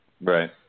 Right